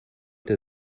der